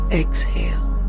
exhale